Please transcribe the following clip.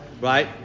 Right